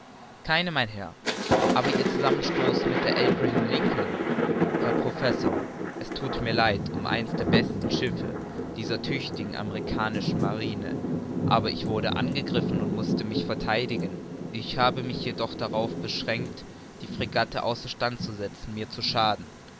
keine mein herr aber ihr zusammenstoß mit dem abraham lincoln herr professor es thut mir leid um eins der besten schiffe dieser tüchtigen amerikanischen marine aber ich wurde angegriffen und mußte mich vertheidigen ich habe mich jedoch darauf beschränkt die fregatte außer stand zu setzen mir zu schaden